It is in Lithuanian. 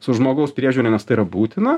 su žmogaus priežiūra nes tai yra būtina